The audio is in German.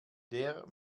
der